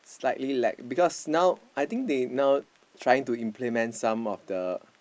slightly like because now I think they now trying to implement some of the